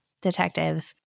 detectives